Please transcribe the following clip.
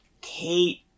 Kate